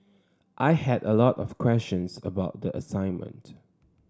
I had a lot of questions about the assignment